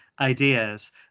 ideas